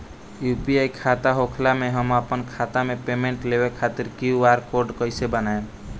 UPI खाता होखला मे हम आपन खाता मे पेमेंट लेवे खातिर क्यू.आर कोड कइसे बनाएम?